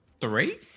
three